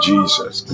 Jesus